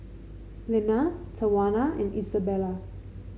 Lenna Tawana and Isabela